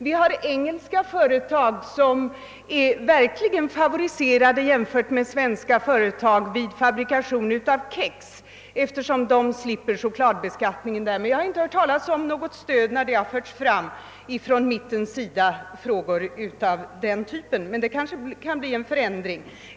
Det finns engelska företag, som verkligen är favoriserade i jämförelse med svenska företag vid fabrikation av kex, eftersom de engelska företagen slipper chokladbeskattningen. Jag har inte hört talas om något stöd, när frågor av den typen har aktualiserats från mittenpartiernas sida, men en ändring på denna punkt kanske är att vänta.